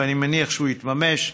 ואני מניח שהוא יתממש.